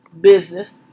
business